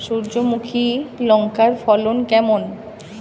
সূর্যমুখী লঙ্কার ফলন কেমন?